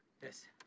Yes